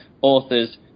authors